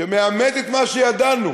שמאמת את מה שידענו,